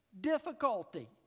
difficulty